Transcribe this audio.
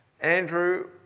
Andrew